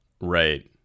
Right